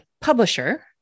publisher